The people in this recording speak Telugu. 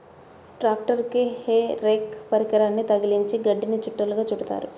ట్రాక్టరుకి హే రేక్ పరికరాన్ని తగిలించి గడ్డిని చుట్టలుగా చుడుతారు